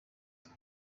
amwe